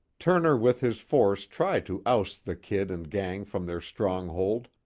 turner with his force tried to oust the kid and gang from their stronghold,